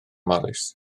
morris